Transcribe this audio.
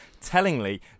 Tellingly